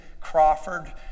Crawford